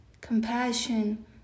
compassion